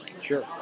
Sure